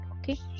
okay